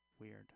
weird